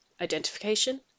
Identification